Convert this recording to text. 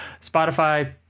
spotify